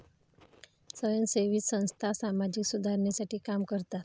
स्वयंसेवी संस्था सामाजिक सुधारणेसाठी काम करतात